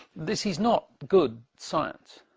this is not good science.